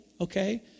okay